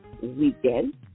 weekend